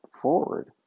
forward